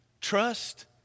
Trust